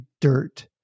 dirt